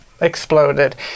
exploded